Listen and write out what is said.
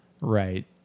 Right